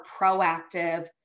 proactive